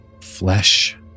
flesh